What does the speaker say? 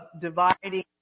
dividing